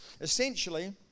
essentially